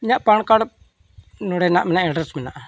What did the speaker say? ᱤᱧᱟᱹᱜ PAN card ᱱᱚᱰᱮᱱᱟᱜ ᱢᱮᱱᱟᱜᱼᱟ ᱮᱰᱰᱨᱮᱥ ᱢᱮᱱᱟᱜᱼᱟ